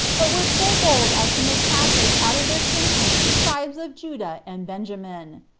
but were so bold as to make captives out of their kinsmen the tribes of judah and benjamin.